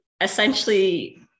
essentially